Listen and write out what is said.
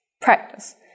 practice